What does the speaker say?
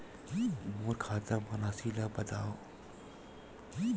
मोर खाता म राशि ल बताओ?